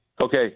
Okay